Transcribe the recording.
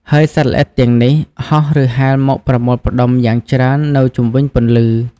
ហើយសត្វល្អិតទាំងនេះហោះ ឬហែលមកប្រមូលផ្តុំយ៉ាងច្រើននៅជុំវិញពន្លឺ។